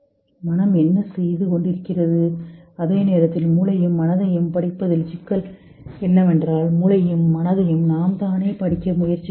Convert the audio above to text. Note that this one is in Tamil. மனம் என்ன செய்து கொண்டிருக்கிறது அதே நேரத்தில் மூளையையும் மனதையும் படிப்பதில் சிக்கல் என்னவென்றால் மூளையையும் மனதையும் நாம் தானே படிக்க முயற்சிக்கிறோம்